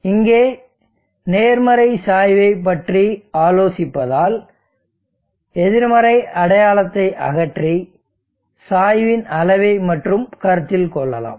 இங்கே நேர்மறை சாய்வை பற்றி ஆலோசிப்பதால் எதிர்மறை அடையாளத்தை அகற்றி சாய்வின் அளவை மட்டும் கருத்தில் கொள்ளலாம்